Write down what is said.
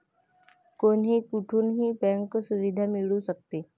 कोणीही कुठूनही बँक सुविधा मिळू शकते